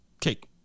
cake